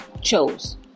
chose